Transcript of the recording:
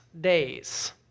days